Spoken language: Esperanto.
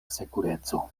sekureco